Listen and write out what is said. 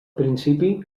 principi